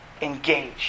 Engage